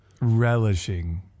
relishing